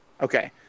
Okay